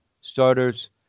starters